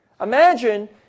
Imagine